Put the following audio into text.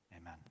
Amen